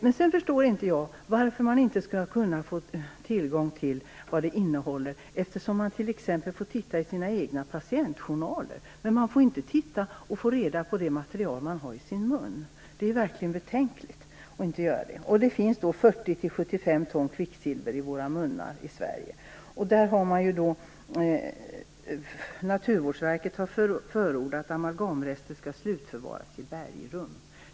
Men jag förstår inte varför man inte skall kunna få tillgång till vad produkterna innehåller. Man får titta i sina egna patientjournaler, men man får inte reda på vad det är för material man har i sin mun. Det är verkligen betänkligt. Det finns 40-75 ton kvicksilver i våra munnar i Sverige. Naturvårdsverket har förordat att amalgamrester skall slutförvaras i bergrum.